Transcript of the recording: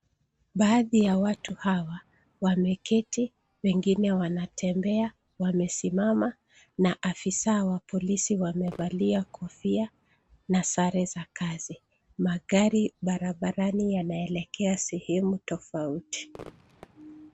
Baadhi ya watu hawa wameketi wengine wanatembea wamesimama na afisa wa polisi wamevalia kofia na sare za kazi. Magari barabarani yanaelekea sehemu tofauti.